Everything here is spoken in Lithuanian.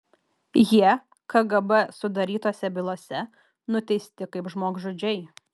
jie kgb sudarytose bylose nuteisti kaip žmogžudžiai